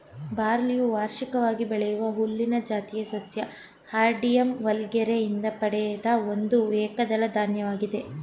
ಬಾರ್ಲಿಯು ವಾರ್ಷಿಕವಾಗಿ ಬೆಳೆಯುವ ಹುಲ್ಲಿನ ಜಾತಿಯ ಸಸ್ಯ ಹಾರ್ಡಿಯಮ್ ವಲ್ಗರೆ ಯಿಂದ ಪಡೆದ ಒಂದು ಏಕದಳ ಧಾನ್ಯವಾಗಿದೆ